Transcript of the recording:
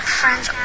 friends